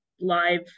live